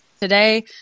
Today